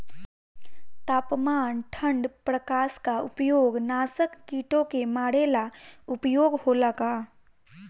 तापमान ठण्ड प्रकास का उपयोग नाशक कीटो के मारे ला उपयोग होला का?